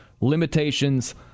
Limitations